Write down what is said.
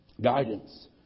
guidance